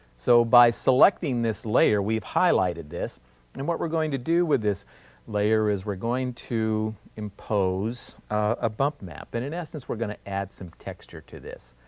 so by selecting this layer, we've highlighted this and what we're going to do with this layer is we're going to impose a bump map, and in essence, we're going to add some texture to this,